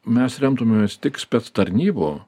mes remtumėmės tik spec tarnybų